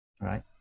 right